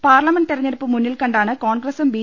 parliament തെരഞ്ഞെ ടുപ്പ് മുന്നിൽക്കണ്ടാണ് കോൺഗ്രസും ബി